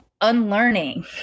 unlearning